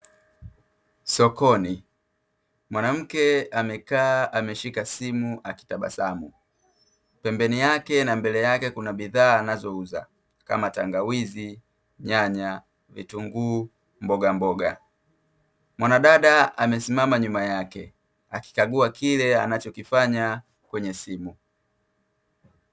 Sokoni, mwanamke amekaa ameshika simu akitabasamu pembeni yake na mbele yake kuna bidhaa anazouza kama tangawizi, nyanya, vitunguu, mboga mboga , mwanadada amesimama nyuma yake akikagua kile anachokifanya kwenye simu .